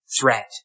threat